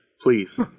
please